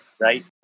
right